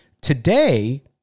today